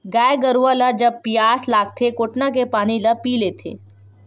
गाय गरुवा ल जब पियास लागथे कोटना के पानी ल पीय लेथे